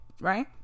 right